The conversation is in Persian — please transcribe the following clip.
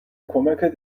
کمکت